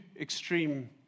extreme